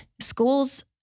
School's